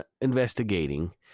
investigating